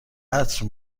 عطر